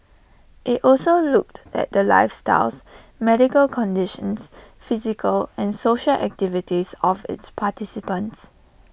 IT also looked at the lifestyles medical conditions physical and social activities of its participants